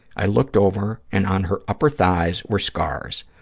i looked over and on her upper thighs were scars,